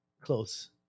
close